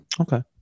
Okay